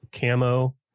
camo